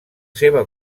seva